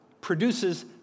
produces